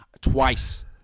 Twice